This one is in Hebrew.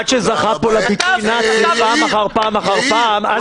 כאחד שזכה פה לביטוי "נאצי" פעם אחר פעם אחר פעם -- יאיר,